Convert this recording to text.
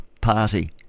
party